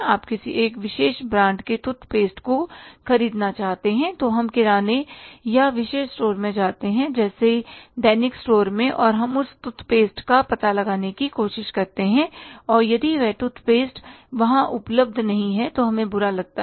आप किसी एक विशेष ब्रांड के टूथ पेस्ट को खरीदना चाहते हैं तो हम किराने या एक विशेष स्टोर में जाते हैं जैसे दैनिक स्टोर में और हम उस टूथ पेस्ट का पता लगाने की कोशिश करते हैं और यदि वह टूथ पेस्ट वहां उपलब्ध नहीं है तो हमें बुरा लगता है